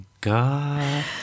God